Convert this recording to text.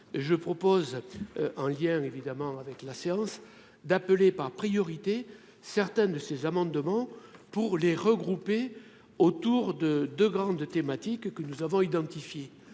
je propose un lien évidemment avec la séance d'appeler par priorité, certaines de ces amendements pour les regrouper autour de 2 grandes thématiques que nous avons identifié